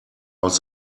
aus